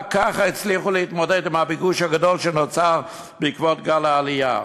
רק ככה הצליחו להתמודד עם הביקוש הגדול שנוצר בעקבות גל העלייה.